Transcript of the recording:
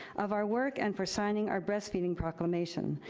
of our work and for signing our breastfeeding proclamation.